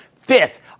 Fifth